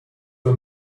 you